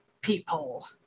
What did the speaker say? Peephole